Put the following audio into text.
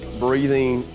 breathing,